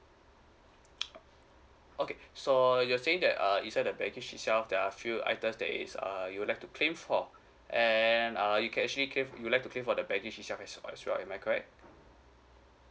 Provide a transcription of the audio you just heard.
okay so you're saying that uh inside the baggage itself there are few items that is uh you would like to claim for and uh you can actually claim you would like to claim for the baggage itself as well am I correct